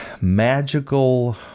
magical